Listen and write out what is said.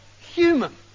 human